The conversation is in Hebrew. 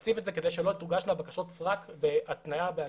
נעשה זאת כדי שלא תוגשנה בקשות סרק בהתניה באגרה,